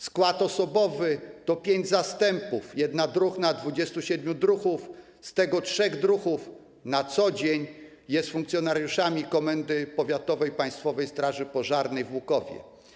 Skład osobowy to pięć zastępów: jedna druhna i 27 druhów, z tego trzech druhów na co dzień jest funkcjonariuszami Komendy Powiatowej Państwowej Straży Pożarnej w Łukowie.